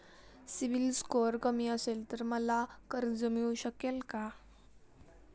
CIBIL score कमी असेल तर मला कर्ज मिळू शकेल का?